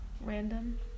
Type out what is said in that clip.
Random